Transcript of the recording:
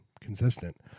consistent